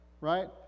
Right